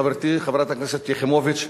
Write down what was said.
חברתי חברת הכנסת יחימוביץ,